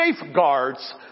safeguards